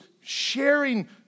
sharing